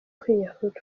kwiyahura